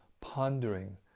pondering